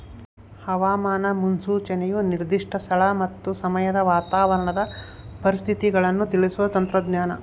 ಹವಾಮಾನ ಮುನ್ಸೂಚನೆಯು ನಿರ್ದಿಷ್ಟ ಸ್ಥಳ ಮತ್ತು ಸಮಯದ ವಾತಾವರಣದ ಪರಿಸ್ಥಿತಿಗಳನ್ನು ತಿಳಿಸುವ ತಂತ್ರಜ್ಞಾನ